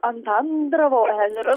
ant andravo ežera